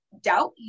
doubt